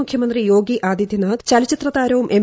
മുഖ്യമന്ത്രി യോഗി ആദിത്യനാഥ് ചലച്ചിത്രതാരവും എം